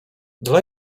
dla